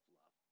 love